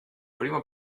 primo